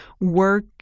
work